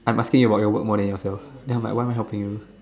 I'm asking about your work more than yourself then I'm like why am I helping you